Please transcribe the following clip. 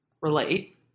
relate